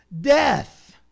death